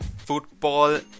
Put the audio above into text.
Football